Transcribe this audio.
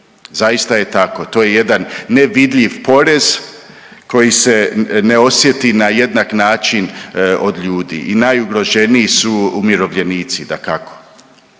Zaista je tako, to je jedan nevidljiv porez koji se ne osjeti na jednak način od ljudi i najugroženiji su umirovljenici dakako.